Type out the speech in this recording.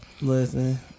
Listen